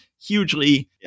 hugely